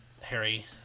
Harry